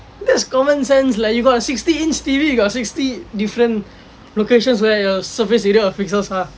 that's common sense lah you got sixty inch T_V you got sixty different locations where your surface area of pixels are